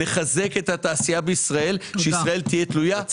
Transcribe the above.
אלא נחזק את התעשייה בישראל כך שישראל תהיה תלויה רק